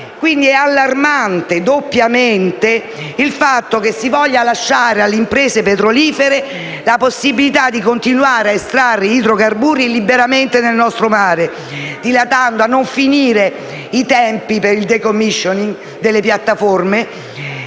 doppiamente allarmante il fatto che si voglia lasciare alle imprese petrolifere la possibilità di continuare ad estrarre idrocarburi liberamente nel nostro mare, dilatando a non finire i tempi per il *decommissioning* delle piattaforme.